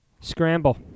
Scramble